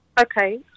Okay